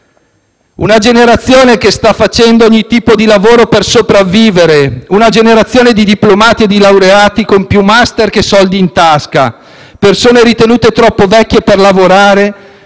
una generazione che sta facendo ogni tipo di lavoro per sopravvivere, questa: una generazione di diplomati e laureati con più *master* che soldi in tasca, di persone ritenute troppo vecchie per lavorare